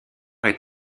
est